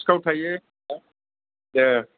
सिखाव थायो